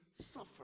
suffer